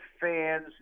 fans